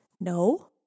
No